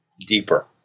deeper